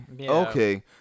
Okay